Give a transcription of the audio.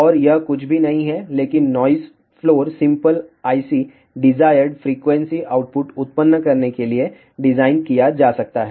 और यह कुछ भी नहीं है लेकिन noise floor simple IC desired frequency output उत्पन्न करने के लिए डिज़ाइन किया जा सकता है